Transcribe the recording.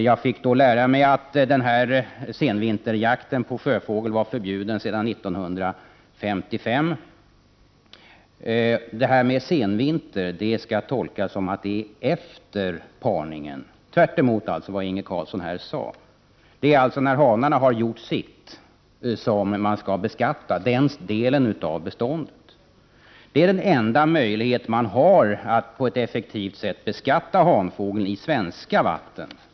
Jag fick då lära mig att denna senvinterjakt på sjöfågel var förbjuden sedan 1955. Detta med senvinter skall tolkas som att det är efter parningen, tvärtemot vad Inge Carlsson här sade. Det är alltså när hanarna har gjort sitt som man skall beskatta den delen av beståndet. Det är den enda möjlighet man har att på ett effektivt sätt beskatta hanfågel i svenska vatten.